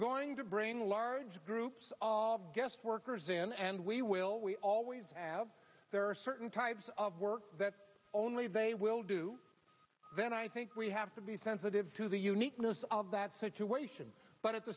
going to bring large groups of guest workers in and we will we always have there are certain types of work that only they will do then i think we have to be sensitive to the uniqueness of that situation but at the